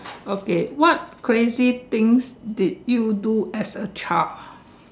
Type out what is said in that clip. okay what crazy things did you do as a child